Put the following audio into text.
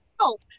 help